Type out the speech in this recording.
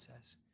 says